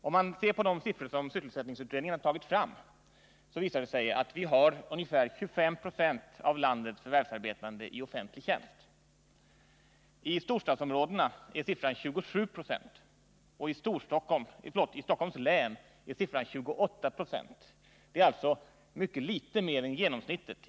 Om man ser på de siffror som sysselsättningsutredningen har tagit fram, visar det sig att vi har 25 26 av landets förvärvsarbetande i offentlig tjänst. I storstadsområdena är siffran 27 7o och i Stockholms län 28 26. Den offentliga sysselsättningen i Stockholms län ligger alltså inte särskilt långt över genomsnittet.